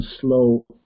slow